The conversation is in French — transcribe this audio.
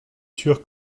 sûr